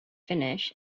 finish